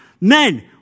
men